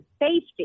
safety